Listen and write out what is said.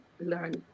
learn